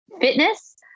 fitness